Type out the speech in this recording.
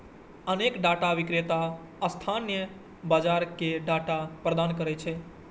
अनेक डाटा विक्रेता स्थानीय बाजार कें डाटा प्रदान करै छै